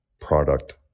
product